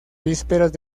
vísperas